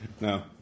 No